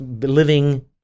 Living